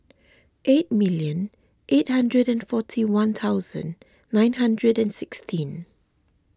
eight million eight hundred and forty one thousand nine hundred and sixteen